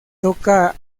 toca